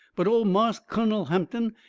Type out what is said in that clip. but ol' marse kunnel hampton,